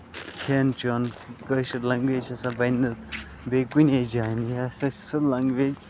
کھٮ۪ن چیوٚن کٲشِر لینگویج چھےٚ سۄ بَنہِ نہٕ بیٚیہِ کُنی جایہِ یہِ سا چھےٚ سۄ لینگویج